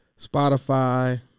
Spotify